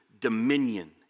dominion